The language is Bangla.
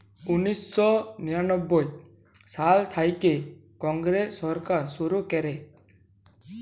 উনিশ শ নিরানব্বই সাল থ্যাইকে কংগ্রেস সরকার শুরু ক্যরে